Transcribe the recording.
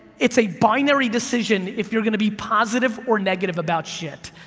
it's a binary decision if you're gonna be positive or negative about shit.